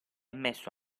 messo